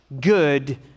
good